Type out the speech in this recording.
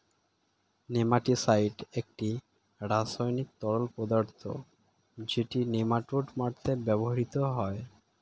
nematicide একটি রাসায়নিক তরল পদার্থ যেটি নেমাটোড মারতে ব্যবহৃত হয়